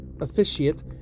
officiate